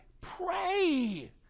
pray